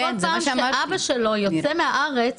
כל פעם שאבא שלו יוצא מהארץ,